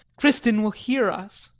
kristin will hear us.